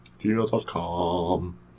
Gmail.com